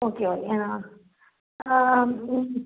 okay okay ah